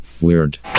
weird